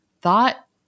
thought